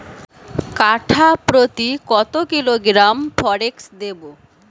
কাঠাপ্রতি কত কিলোগ্রাম ফরেক্স দেবো?